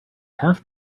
have